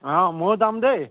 অঁ ময়ো যাম দেই